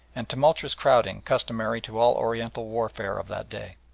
and tumultuous crowding customary to all oriental warfare of that day.